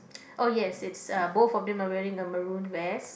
oh yes it's uh both of them are wearing a maroon vest